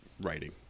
writing